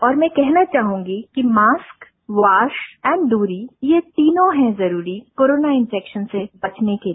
और मैं कहना चाहंगी कि मास्क वाश एंड दूरी ये तीनों है जरूरी कोरोना वायरस इफेक्शन से बचने के लिए